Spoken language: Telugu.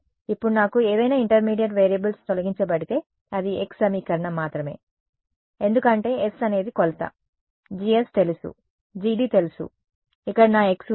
ఇప్పుడు నాకు ఏదైనా ఇంటర్మీడియట్ వేరియబుల్స్ తొలగించబడితే అది x సమీకరణం మాత్రమే ఎందుకంటే s అనేది కొలత GS తెలుసు GD తెలుసు ఇక్కడ నా x ఉంది